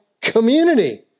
community